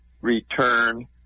return